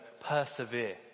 persevere